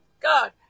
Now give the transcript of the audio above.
God